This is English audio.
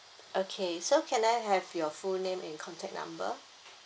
okay so can I have your full name and contact number